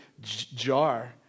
jar